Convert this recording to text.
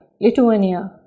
Lithuania